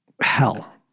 hell